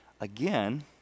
Again